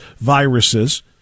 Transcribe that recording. viruses